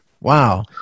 Wow